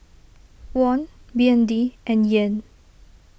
Won B N D and Yen